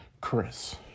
chris